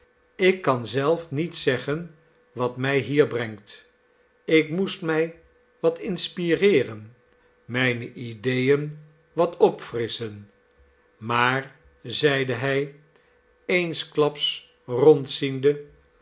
ik kan zelf niet zeggen wat mij hier brengt ik moest mij wat inspireeren mijne ideeen wat opfrisschen maar zeide hij